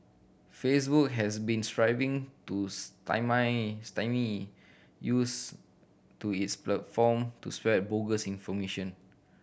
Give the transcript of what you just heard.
Facebook has been striving to stymie use to its platform to spread bogus information